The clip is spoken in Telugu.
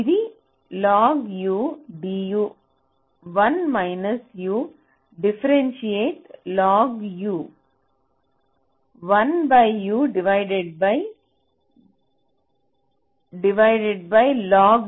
ఇది log dU 1 minus U differentiate log 1U divide by logU2